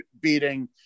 beating